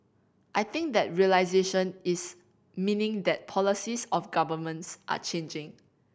I think that realisation is meaning that policies of governments are changing